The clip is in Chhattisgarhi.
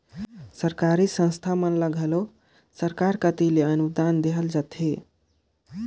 सरकारी संस्था मन ल घलो सरकार कती ले अनुदान देहल जाथे